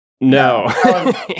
No